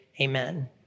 amen